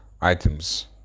items